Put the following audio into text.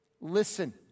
Listen